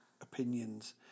opinions